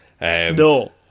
No